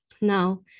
Now